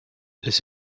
this